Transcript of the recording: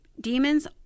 Demons